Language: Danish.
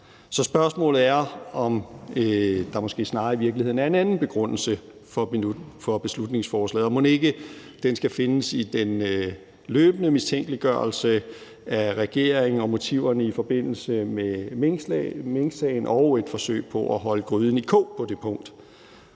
Så spørgsmålet er, om der måske i virkeligheden snarere er en anden begrundelse for beslutningsforslaget. Og mon ikke den skal findes i den løbende mistænkeliggørelse af regeringen og motiverne i forbindelse med minksagen og et forsøg på at holde gryden i kog på det punkt.